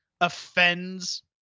offends